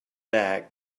back